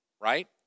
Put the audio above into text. right